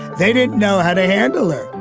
they didn't know how to handle it.